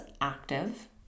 active